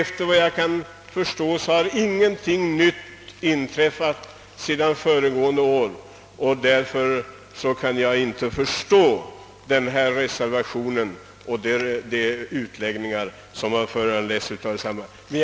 Enligt min uppfattning har heller ingenting nytt inträffat sedan föregående år, varför jag inte kan förstå reservationen och de utläggningar som föranletts av densamma.